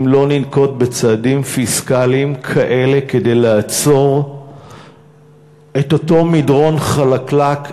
לא ננקוט צעדים פיסקליים כאלה כדי לעצור את אותו מדרון חלקלק,